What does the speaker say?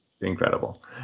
incredible